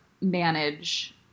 manage